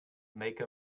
make